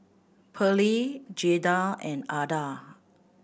Pearley Jaeda and Adah